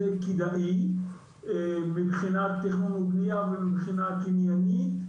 כדאי מבחינת תכנון ובנייה ומבחינה קניינית,